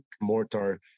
mortar